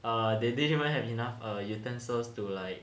uh they didn't even have enough uh utensils to like